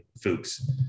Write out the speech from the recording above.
Fuchs